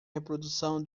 reprodução